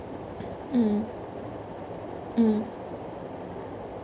mm mm